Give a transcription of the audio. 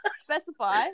Specify